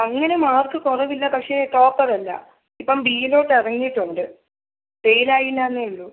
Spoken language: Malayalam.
അങ്ങനെ മാർക്ക് കുറവില്ല പക്ഷെ ടോപ്പർ അല്ല ഇപ്പം ബീയിലോട്ട് ഇറങ്ങിയിട്ടുണ്ട് ഫെയിലായില്ല എന്നെ ഉള്ളു